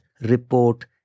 report